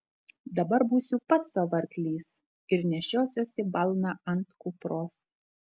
dabar būsiu pats sau arklys ir nešiosiuosi balną ant kupros